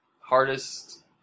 hardest